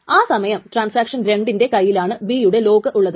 ആ സമയം ട്രാൻസാക്ഷൻ 2 ന്റെ കയ്യിലാണ് B യുടെ ലോക്ക് ഉള്ളത്